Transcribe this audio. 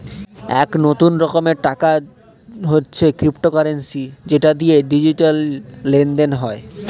এক নতুন রকমের টাকা হচ্ছে ক্রিপ্টোকারেন্সি যেটা দিয়ে ডিজিটাল লেনদেন হয়